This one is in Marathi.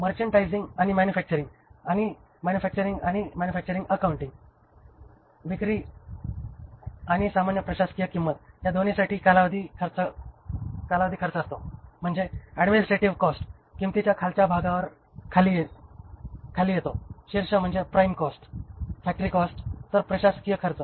मर्चेंडायझिंग आणि मॅन्युफॅक्चरिंग आणि मॅन्युफॅक्चरिंग अकाउंटिंग विक्री आणि सामान्य प्रशासकीय किंमत या दोन्हीसाठी कालावधी खर्च असतो म्हणजे ऍडमिनिस्ट्रेटिव्ह कॉस्ट किंमतीच्या खालच्या भागावर खाली येतो शीर्ष म्हणजे प्राइम कॉस्ट फॅक्टरी कॉस्ट आणि तर प्रशासकीय खर्च